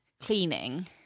cleaning